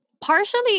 partially